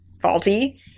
faulty